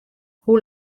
hoe